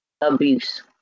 abuse